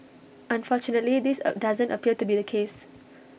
unfortunately this doesn't appear to be the case